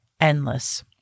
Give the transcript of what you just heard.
Endless